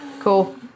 Cool